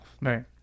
right